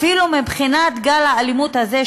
אפילו מבחינת גל האלימות הזה,